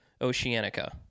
Oceanica